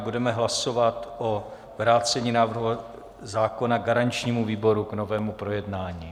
Budeme hlasovat o vrácení návrhu zákona garančnímu výboru k novému projednání.